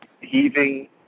heaving